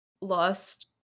lost